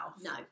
no